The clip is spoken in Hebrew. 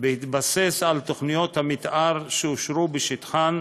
בהתבסס על תוכניות המתאר שאושרו בשטחן,